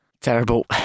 Terrible